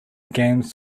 games